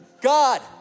God